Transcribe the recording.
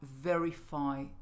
verify